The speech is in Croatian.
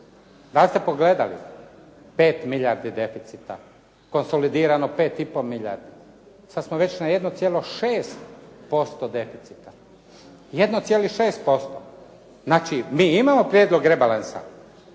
Da li ste pogledali? 5 milijardi deficita, konsolidirano 5 i pol milijardi. Sad smo već na 1,6% deficita, 1,6%. Znači mi imamo prijedlog rebalansa